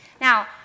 Now